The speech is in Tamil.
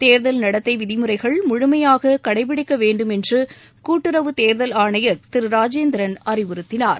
தேர்தல் நடத்தை விதிமுறைகள் முழுமையாக கடைபிடிக்க வேண்டும் என்று கூட்டுறவுத்தேர்தல் ஆணையர் திரு ராஜேந்திரன் அறிவுறுத்தினார்